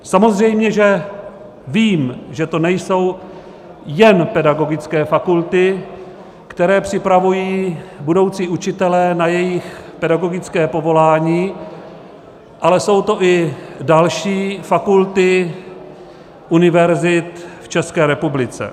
Samozřejmě že vím, že to nejsou jen pedagogické fakulty, které připravují budoucí učitele na jejich pedagogické povolání, ale jsou to i další fakulty univerzit v České republice.